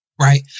right